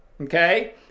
okay